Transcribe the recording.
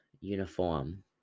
uniform